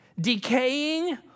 decaying